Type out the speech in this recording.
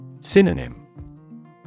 Synonym